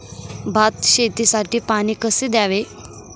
भात शेतीसाठी पाणी कसे द्यावे?